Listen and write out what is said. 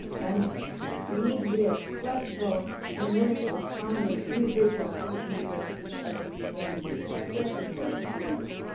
and we need to be as flexible and willing to accommodate individual circumstances as we can be, especially for our students.